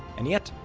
and yet,